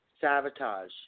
sabotage